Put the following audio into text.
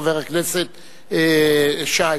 חבר הכנסת שי.